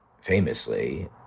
famously